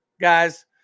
guys